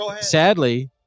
sadly